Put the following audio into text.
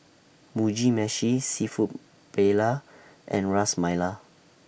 Mugi Meshi Seafood Paella and Ras Malai